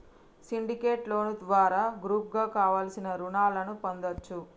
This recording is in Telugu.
సిండికేట్ లోను ద్వారా గ్రూపుగా కావలసిన రుణాలను పొందచ్చు